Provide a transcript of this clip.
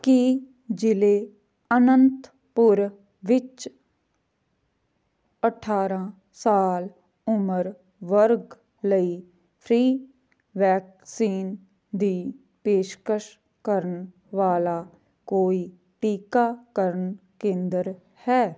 ਕੀ ਜ਼ਿਲ੍ਹੇ ਅਨੰਤਪੁਰ ਵਿੱਚ ਅਠਾਰਾਂ ਸਾਲ ਉਮਰ ਵਰਗ ਲਈ ਫ੍ਰੀ ਵੈਕਸੀਨ ਦੀ ਪੇਸ਼ਕਸ਼ ਕਰਨ ਵਾਲਾ ਕੋਈ ਟੀਕਾਕਰਨ ਕੇਂਦਰ ਹੈ